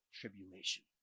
tribulation